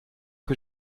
que